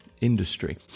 industry